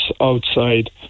outside